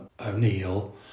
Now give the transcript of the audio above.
O'Neill